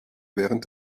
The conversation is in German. während